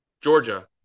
Georgia